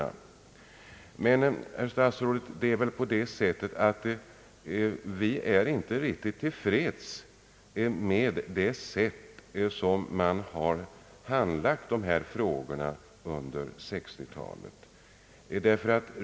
Men, herr statsråd, vi är inte riktigt till freds med det sätt på vilket man har handlagt dessa frågor under 1960-talet.